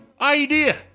idea